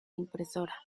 impresora